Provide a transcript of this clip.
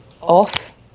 off